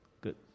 Good